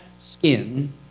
skin